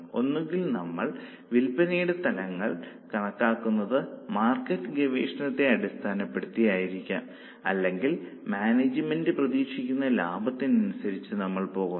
ഒന്നുകിൽ നമ്മൾ വില്പനയുടെ തലങ്ങൾ കണക്കാക്കുന്നത് മാർക്കറ്റ് ഗവേഷണത്തെ അടിസ്ഥാനപ്പെടുത്തി ആയിരിക്കാം അല്ലെങ്കിൽ മാനേജ്മെന്റ് പ്രതീക്ഷിക്കുന്ന ലാഭത്തിന് അനുസരിച്ച് നമ്മൾ പോകുന്നു